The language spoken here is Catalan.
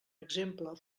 exemple